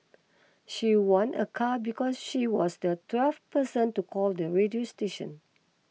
she won a car because she was the twelve person to call the radio station